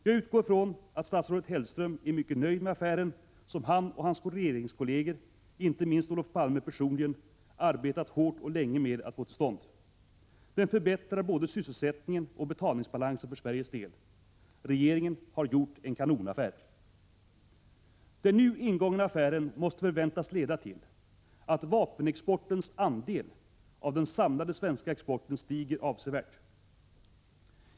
Jag utgår ifrån att statsrådet Hellström är mycket nöjd med affären som han och hans regeringskolleger, inte minst Olof Palme personligen, arbetat hårt och länge med att få till stånd. Den förbättrar både sysselsättningen och betalningsbalansen för Sveriges del. Regeringen har gjort en kanonaffär. Den nu ingångna affären måste förväntas leda till att vapenexportens andel av den samlade svenska exporten stiger avsevärt.